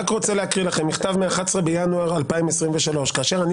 אני רוצה להקריא לכם מכתב מה-11 בינואר 2023. כאשר אני